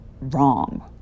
wrong